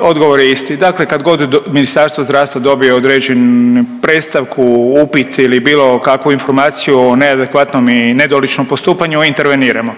Odgovor je isti. Dakle kad god Ministarstvo zdravstva dobije određen predstavku, upit ili bilo kakvu informaciju o neadekvatnom i nedoličnom postupanju, interveniramo.